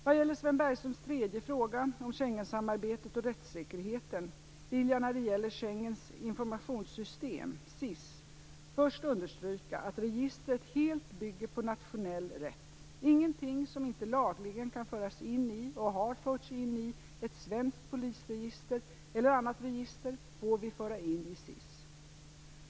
Vad gäller Sven Bergströms tredje fråga, om Schengensamarbetet och rättssäkerheten, vill jag när det gäller Schengens informationssystem först understryka att registret helt bygger på nationell rätt. Ingenting som inte lagligen kan föras in i och har förts in i ett svenskt polisregister eller annat register får vi föra in i SIS.